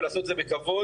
ולעשות את זה בכבוד.